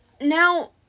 Now